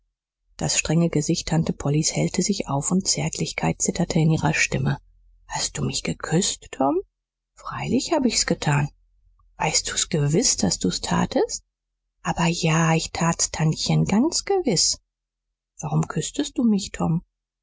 das strenge gesicht tante pollys hellte sich auf und zärtlichkeit zitterte in ihrer stimme hast du mich geküsst tom freilich hab ich's getan weißt du's gewiß daß du's tatst aber ja ich tat's tantchen ganz gewiß warum küßtest du mich tom